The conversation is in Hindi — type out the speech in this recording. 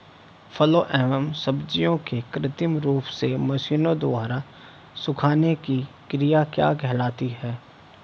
फलों एवं सब्जियों के कृत्रिम रूप से मशीनों द्वारा सुखाने की क्रिया क्या कहलाती है?